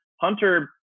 Hunter